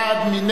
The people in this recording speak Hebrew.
מי נגד?